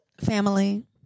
family